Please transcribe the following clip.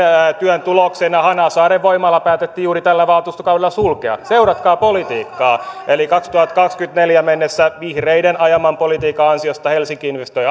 työn tuloksena hanasaaren voimala päätettiin juuri tällä valtuustokaudella sulkea seuratkaa politiikkaa eli kaksituhattakaksikymmentäneljä mennessä vihreiden ajaman politiikan ansiosta helsinki investoi